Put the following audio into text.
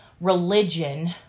religion